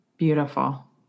Beautiful